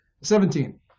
Seventeen